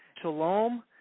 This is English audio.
shalom